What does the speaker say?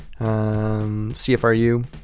CFRU